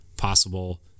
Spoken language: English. possible